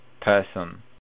person